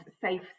safe